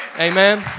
Amen